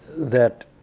that,